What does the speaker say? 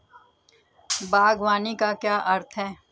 बागवानी का क्या अर्थ है?